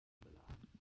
beladen